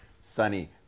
sunny